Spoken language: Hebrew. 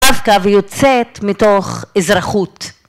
‫דווקא ויוצאת מתוך אזרחות.